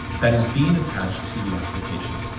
that is being attached to the application.